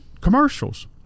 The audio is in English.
commercials